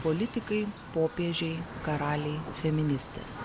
politikai popiežiai karaliai feministės